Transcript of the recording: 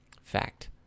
Fact